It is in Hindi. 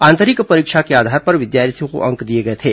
आंतरिक परीक्षा के आधार पर विद्यार्थियों को अंक दिए गए थे